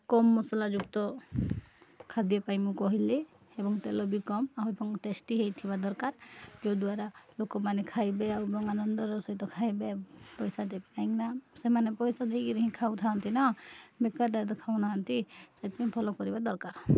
କମ୍ ମସଲା ଯୁକ୍ତ ଖାଦ୍ୟ ପାଇଁ ମୁଁ କହିଲି ଏବଂ ତେଲ ବି କମ୍ ଆଉ ଏବଂ ଟେଷ୍ଟି ହେଇଥିବା ଦରକାର ଯେଉଁଦ୍ୱାରା ଲୋକମାନେ ଖାଇବେ ଆଉ ଆନନ୍ଦର ସହିତ ଖାଇବେ ପଇସା ଦେବେ ପାଇଁ କାଇଁକିନା ସେମାନେ ପଇସା ଦେଇକିରି ହିଁ ଖାଉଥାନ୍ତି ନା ବେକାରଟାରେ ତ ଖାଉନାହାନ୍ତି ସେଇଥିପାଇଁ ଭଲ କରିବା ଦରକାର